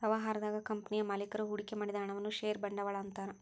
ವ್ಯವಹಾರದಾಗ ಕಂಪನಿಯ ಮಾಲೇಕರು ಹೂಡಿಕೆ ಮಾಡಿದ ಹಣವನ್ನ ಷೇರ ಬಂಡವಾಳ ಅಂತಾರ